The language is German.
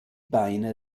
beine